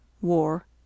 War